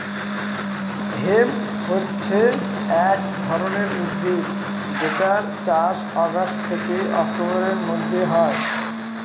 hemp হছে এক ধরনের উদ্ভিদ যেটার চাষ অগাস্ট থেকে অক্টোবরের মধ্যে হয়